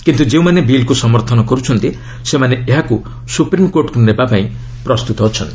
କିନ୍ତୁ ଯେଉଁମାନେ ବିଲ୍କୁ ସମର୍ଥନ କରୁଛନ୍ତି ସେମାନେ ଏହାକୁ ସୁପ୍ରିମକୋର୍ଟକୁ ନେବା ପାଇଁ ପ୍ରସ୍ତୁତ ଅଛନ୍ତି